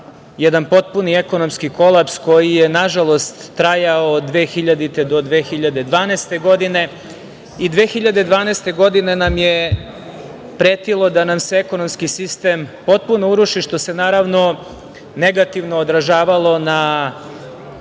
jedan potpuni ekonomski kolaps koji je, nažalost, trajao od 2000. do 2012. godine. Godine 2012. nam je pretilo da nam se ekonomski sistem potpuno uruši, što se naravno negativno odražavalo na